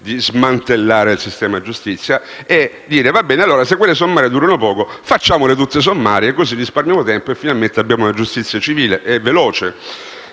di smantellare il sistema giustizia - dice: "Se quelle sommarie durano poco, rendiamole tutte sommarie, così risparmiamo tempo e finalmente avremo una giustizia civile veloce".